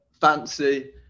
fancy